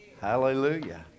Hallelujah